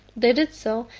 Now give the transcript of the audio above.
they did so,